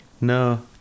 no